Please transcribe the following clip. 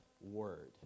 word